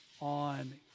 on